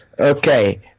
Okay